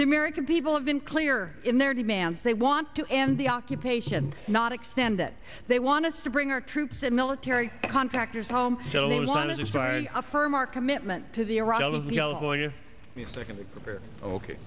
the american people have been clear in their demands they want to end the occupation not extend that they want us to bring our troops and military contractors home so they want to just i affirm our commitment to the